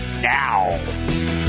now